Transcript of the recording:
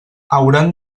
hauran